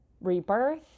rebirth